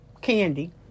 candy